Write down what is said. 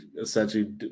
essentially